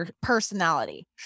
personality